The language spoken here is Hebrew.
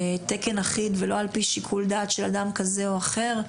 תקן אחיד ולא על פי שיקול דעת של אדם כזה או אחר,